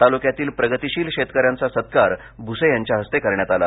तालुक्यातील प्रगतिशील शेतक यांचा सत्कार भूसे यांच्या हस्ते करण्यात आला